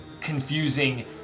confusing